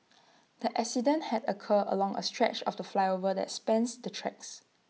the accident had occurred along A stretch of the flyover that spans the tracks